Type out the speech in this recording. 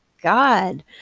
God